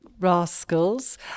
Rascals